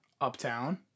Uptown